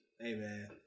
Amen